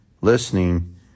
listening